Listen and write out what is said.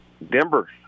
Denver